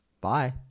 Bye